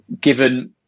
Given